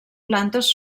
plantes